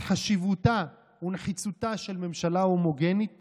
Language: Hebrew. את חשיבותה ונחיצותה של ממשלה הומוגנית